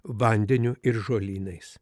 vandeniu ir žolynais